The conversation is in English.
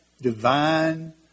divine